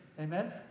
Amen